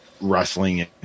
wrestling